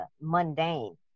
mundane